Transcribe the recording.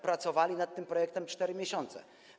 Pracowaliśmy nad tym projektem 4 miesiące.